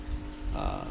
uh